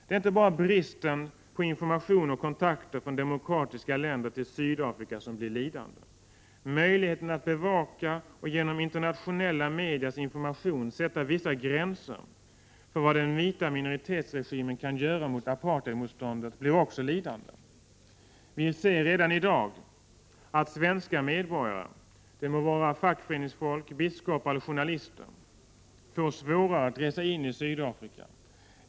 Det är inte bara möjligheten till information och kontakter från demokratiska länder till Sydafrika som blir lidande. Möjligheten att bevaka och genom internationella medias information sätta vissa gränser för vad den vita minoritetsregimen kan göra mot apartheidmotståndet blir också lidande. Vi ser redan i dag att svenska medborgare — det må vara fackföreningsfolk, biskopar eller journalister — får svårare att resa in i Sydafrika.